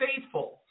faithful